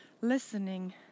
listening